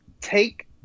take